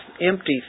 empty